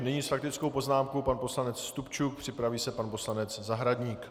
Nyní s faktickou poznámkou pan poslanec Stupčuk, připraví se pan poslanec Zahradník.